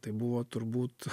tai buvo turbūt